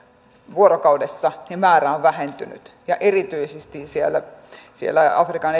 vuorokaudessa määrä on vähentynyt ja erityisesti siellä siellä afrikan